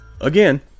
again